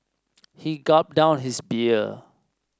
he gulped down his beer